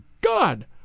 God